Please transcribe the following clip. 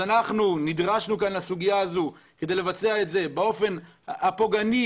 נדרשנו כאן לסוגיה הזו כדי לבצע את זה באופן הפוגעני